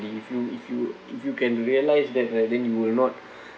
if you if you if you can realize that then I think you will not